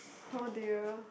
oh dear